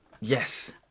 Yes